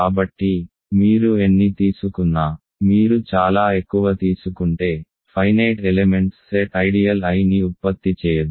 కాబట్టి మీరు ఎన్ని తీసుకున్నా మీరు చాలా ఎక్కువ తీసుకుంటే finite elements set ideal I ని ఉత్పత్తి చేయదు